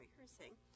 rehearsing